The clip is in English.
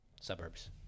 suburbs